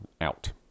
out